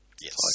Yes